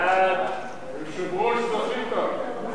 היושב-ראש, זכית.